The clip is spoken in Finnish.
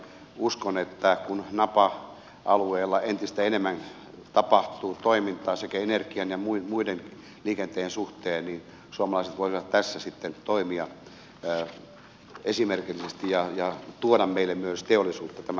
uskon että kun napa alueella entistä enemmän tapahtuu toimintaa sekä energian ja muun liikenteen suhteen niin suomalaiset voisivat tässä sitten toimia esimerkillisesti ja tuoda meille myös teollisuutta tämän osalta